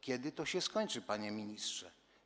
Kiedy to się skończy, panie ministrze?